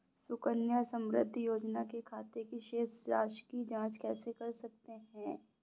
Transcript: सुकन्या समृद्धि योजना के खाते की शेष राशि की जाँच कैसे कर सकते हैं?